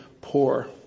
poor